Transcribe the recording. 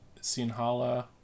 Sinhala